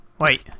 Wait